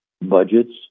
budgets